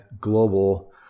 Global